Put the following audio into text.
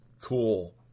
cool